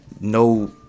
no